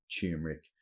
Turmeric